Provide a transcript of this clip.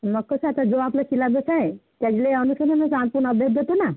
मग कसं आता जो आपला सिलॅबस आहे त्यातले आम्ही तुम्हाला सांगून अभ्यास देतो ना